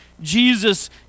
Jesus